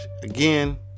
again